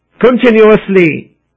continuously